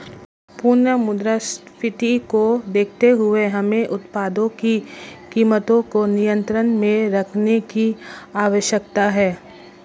पुनः मुद्रास्फीति को देखते हुए हमें उत्पादों की कीमतों को नियंत्रण में रखने की आवश्यकता है